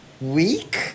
week